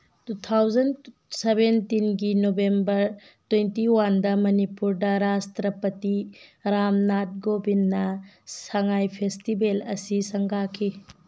two thousand ꯁꯕꯦꯟꯇꯤꯟꯒꯤ November twenty ꯋꯥꯟꯗ ꯃꯅꯤꯄꯨꯔꯗ ꯔꯥꯁꯇ꯭ꯔꯄꯇꯤ ꯔꯥꯝ ꯅꯥꯠ ꯀꯣꯕꯤꯟꯅ ꯁꯉꯥꯏ ꯐꯦꯁꯇꯤꯚꯦꯜ ꯑꯁꯤ ꯁꯪꯒꯥꯈꯤ